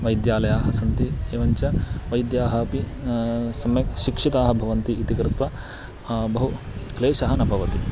वैद्यालयाः सन्ति एवं च वैद्याः अपि सम्यक् शिक्षिताः भवन्ति इति कृत्वा बहु क्लेशः न भवति